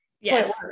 Yes